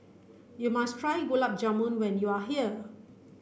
you must try Gulab Jamun when you are here